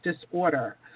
disorder